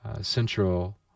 Central